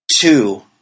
Two